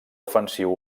ofensiu